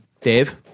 Dave